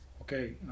okay